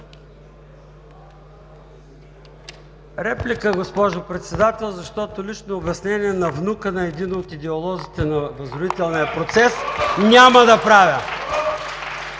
Реплика, госпожо Председател, защото лично обяснение на внука на един от идеолозите на възродителния процес няма да правя!